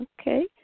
Okay